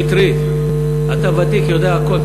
השר שטרית, אתה ותיק, יודע הכול.